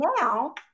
Now